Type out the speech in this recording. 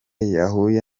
yahuye